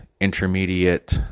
intermediate